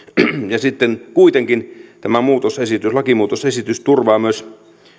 ja sitten kuitenkin tämä lakimuutosesitys turvaa myös